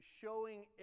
showing